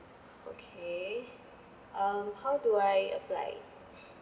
okay um how do I apply